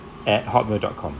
at hot mail dot com